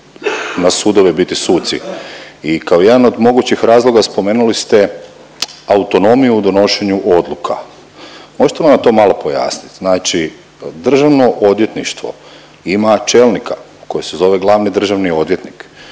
na sudove biti suci i kao jedan od mogućih razloga spomenuli ste autonomiju u donošenju odluka. Možete li nam to malo pojasnit. Znači državno odvjetništvo ima čelnika koji se zove glavni državni odvjetnik,